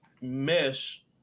mesh